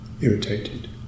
irritated